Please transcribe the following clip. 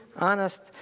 honest